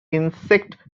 insect